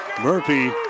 Murphy